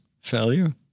failure